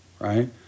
right